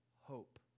hope